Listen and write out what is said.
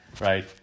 Right